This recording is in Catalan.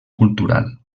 cultural